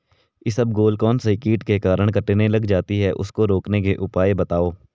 इसबगोल कौनसे कीट के कारण कटने लग जाती है उसको रोकने के उपाय बताओ?